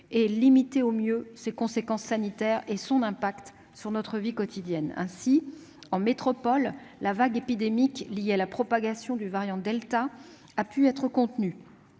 et limiter au mieux ses conséquences sanitaires et ses effets sur notre vie quotidienne. Ainsi, en métropole, la vague épidémique liée à la propagation du variant delta a pu être contenue,